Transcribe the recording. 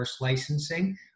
licensing